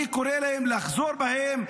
אני קורא להם לחזור בהם.